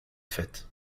fêtes